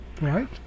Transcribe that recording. Right